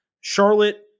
Charlotte